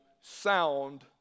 sound